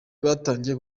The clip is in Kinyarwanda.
batangiye